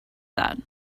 that